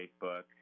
Facebook